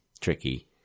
tricky